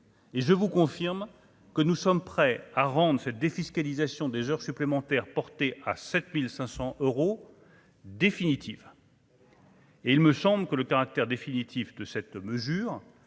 et je vous confirme que nous sommes prêts à rendre cette défiscalisation des heures supplémentaires, porté à 7500 euros définitive. Et il me semble que le caractère définitif de cette mesure